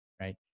Right